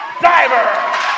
Diver